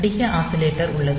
படிக ஆஸிலேட்டர் உள்ளது